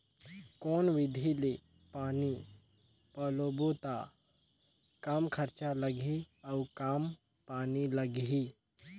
कौन विधि ले पानी पलोबो त कम खरचा लगही अउ कम पानी लगही?